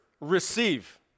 receive